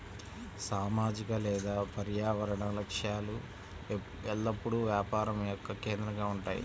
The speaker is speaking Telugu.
సామాజిక లేదా పర్యావరణ లక్ష్యాలు ఎల్లప్పుడూ వ్యాపారం యొక్క కేంద్రంగా ఉంటాయి